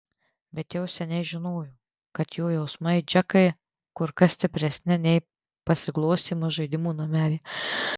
bet jau seniai žinojo kad jo jausmai džekai kur kas stipresni nei pasiglostymas žaidimų namelyje